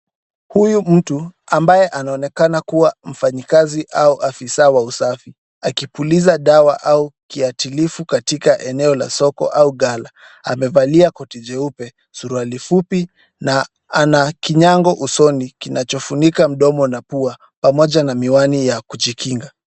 Huyu mtu ambaye anaonekana kua mfanyikazi au afisa wa usafi, akipuliza dawa au kiatilifu katika eneo la soko au gala. Amevalia koti jeupe, suruali fupi na ana kinyago usoni kinachofunika mdomo na pua pamoja na miwani ya kujikinga